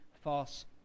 false